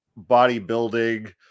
bodybuilding